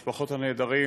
משפחות הנעדרים.